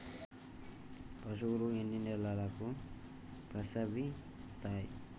పశువులు ఎన్ని నెలలకు ప్రసవిస్తాయి?